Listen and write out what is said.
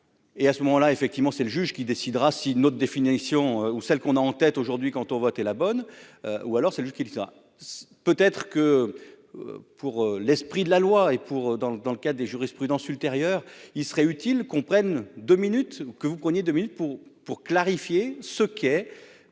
et à ce moment-là, effectivement, c'est le juge qui décidera si une haute définition ou celle qu'on a en tête aujourd'hui quand on vote et la bonne, ou alors c'est lui qui sera peut être que pour l'esprit de la loi et pour dans le dans le cadre des jurisprudences ultérieures, il serait utile prenne 2 minutes que vous preniez 2000 pour pour clarifier ce qu'est